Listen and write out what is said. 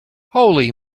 holy